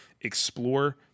explore